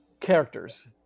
Characters